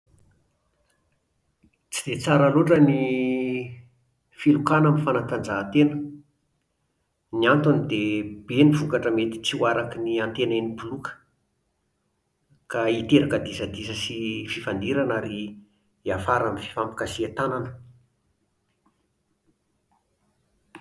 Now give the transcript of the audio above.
Tsy dia tsara loatra ny filokana amin'ny fanatanjahantena. Ny antony dia be ny vokatra mety tsy ho araky ny antenain'ny mpiloka, ka hiteraka disadisa sy fifandirana ary hiafara amin'ny fifampikasihan-tànana